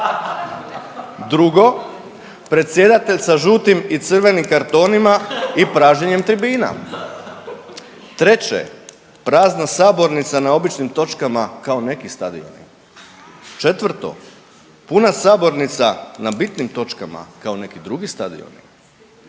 predsjedatelj sa žutim i crvenim kartonima i pražnjenjem tribina. Treće, prazna sabornica na običnim točkama kao neki stadioni. Četvrto, puna sabornica na bitnim točkama kao neki drugi stadioni.